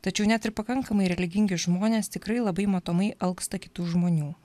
tačiau net ir pakankamai religingi žmonės tikrai labai matomai alksta kitų žmonių